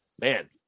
man